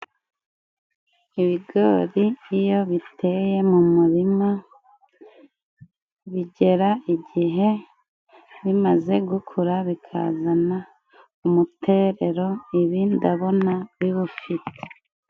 Ibigori iyo biteye mu murima, bigera igihe bimaze gukura bikazana umuterero ibi ndabona biwufite.